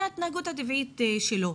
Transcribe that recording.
זה ההתנהגות הטבעית שלו.